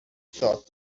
thought